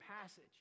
passage